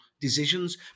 decisions